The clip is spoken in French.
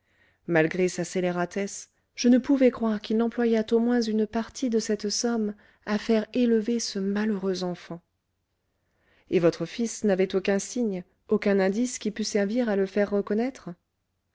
malgré sa scélératesse je ne pouvais croire qu'il n'employât au moins une partie de cette somme à faire élever ce malheureux enfant et votre fils n'avait aucun signe aucun indice qui pût servir à le faire reconnaître